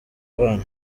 bana